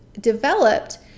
developed